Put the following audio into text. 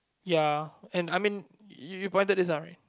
ya and I mean you you point this out right